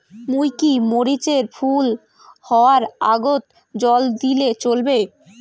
মুই কি মরিচ এর ফুল হাওয়ার আগত জল দিলে চলবে?